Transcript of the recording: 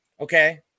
okay